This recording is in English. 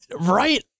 right